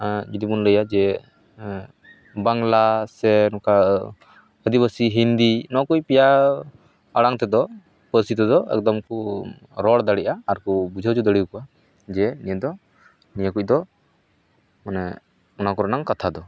ᱡᱩᱫᱤ ᱵᱚᱱ ᱞᱟᱹᱭᱟ ᱡᱮ ᱵᱟᱝᱞᱟ ᱥᱮ ᱱᱚᱝᱠᱟ ᱟᱹᱫᱤᱵᱟᱹᱥᱤ ᱦᱤᱱᱫᱤ ᱱᱚᱣᱟ ᱠᱚ ᱯᱮᱭᱟ ᱟᱲᱟᱝ ᱛᱮᱫᱚ ᱯᱟᱹᱨᱥᱤ ᱛᱮᱫᱚ ᱮᱠᱫᱚᱢ ᱠᱚ ᱨᱚᱲ ᱫᱟᱲᱮᱜᱼᱟ ᱟᱨ ᱠᱚ ᱵᱩᱡᱷᱟᱹᱣᱪᱚ ᱫᱟᱲᱮᱭᱟᱠᱚᱣᱟ ᱡᱮ ᱱᱤᱭᱟᱹ ᱫᱚ ᱱᱤᱭᱟᱹ ᱠᱚᱫᱚ ᱢᱟᱱᱮ ᱚᱱᱟ ᱠᱚᱨᱮᱱᱟᱜ ᱠᱟᱛᱷᱟ ᱫᱚ